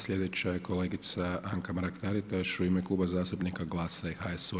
Sljedeća je kolegica Anka Mrak-Taritaš u ime Kluba zastupnika Glasa i HSU-a.